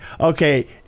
okay